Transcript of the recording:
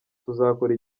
tuzakora